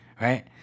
right